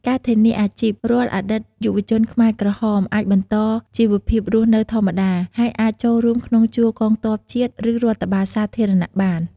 ការធានាអាជីព រាល់អតីតយុទ្ធជនខ្មែរក្រហមអាចបន្តជីវភាពរស់នៅធម្មតា ហើយអាចចូលរួមក្នុងជួរកងទ័ពជាតិ ឬរដ្ឋបាលសាធារណៈបាន។